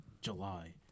July